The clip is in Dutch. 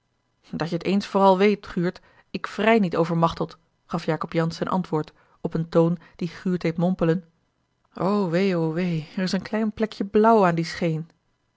dat je t eens vooral weet guurt ik vrij niet over machteld gaf jacob jansz ten antwoord op een toon die guurt deed mompelen o wee o wee er is een klein plekje blauw aan die